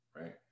right